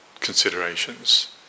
considerations